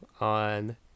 on